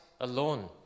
alone